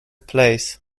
plays